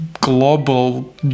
global